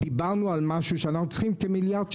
ודיברנו על זה שאנחנו צריכים כמיליארד שקל,